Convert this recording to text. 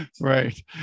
right